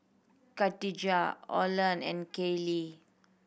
Kadijah Orland and Kaylee